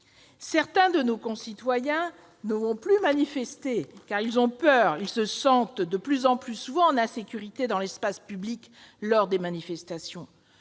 Certains de nos concitoyens ne vont plus manifester, car ils ont peur. Ils se sentent de plus en plus souvent en insécurité dans l'espace public lors des manifestations.